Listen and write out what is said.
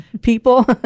people